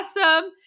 awesome